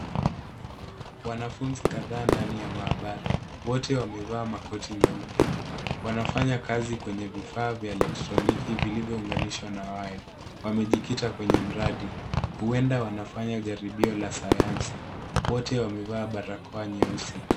Wanafunzi kadhaa ndani ya maabara, wote wamevaa makoti meupe, wanafanya kazi kwenye vifaa vya elektroniki vilivyounganishwa na waya. Wamejikita kwenye mradi ,huenda wanafanya jaribio la sayansi, wote wamevaa barakoa nyeusi.